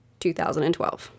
2012